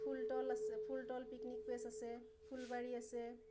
ফুলতল আছে Phultal picnic place আছে ফুলবাৰী আছে